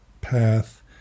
path